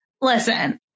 Listen